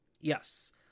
Yes